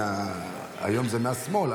היום זה מהשמאל,